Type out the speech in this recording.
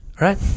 right